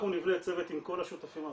אנחנו נבנה צוות עם כל השותפים הרלבנטיים,